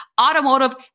Automotive